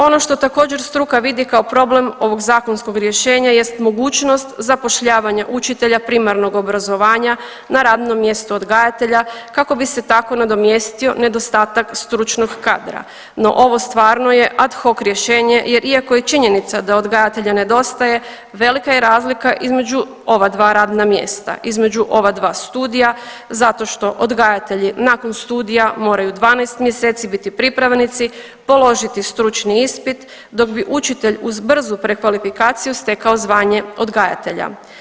Ono što također struka vidi kao problem ovog zakonskog rješenja jest mogućnost zapošljavanja učitelja primarnog obrazovanja na radno mjesto odgajatelja kako bi se tako nadomjestio nedostatak stručnog kadra, no ovo stvarno je ad hoc rješenje jer iako je činjenica da odgajatelja nedostaje velika je razlika između ova dva radna mjesta, između ova dva studija zato što odgajatelji nakon studija moraju 12 mjeseci biti pripravnici, položiti stručni ispit dok bi učitelj uz brzu prekvalifikaciju stekao zvanje odgajatelja.